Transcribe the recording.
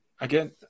again